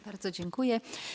Bardzo dziękuję.